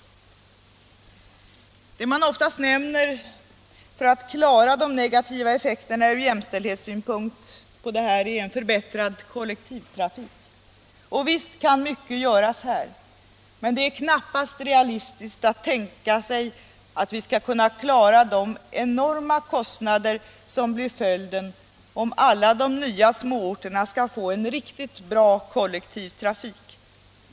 Det man oftast nämner för att klara de negativa effekterna ur jämställdhetssynpunkt är en förbättrad kollektivtrafik. Och visst kan mycket göras här, men det är knappast realistiskt att räkna med att vi skall klara de betydande kostnader som blir följden om alla de nya småorterna skall få en riktigt bra kollektiv trafik.